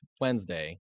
Wednesday